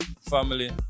Family